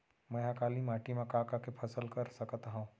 मै ह काली माटी मा का का के फसल कर सकत हव?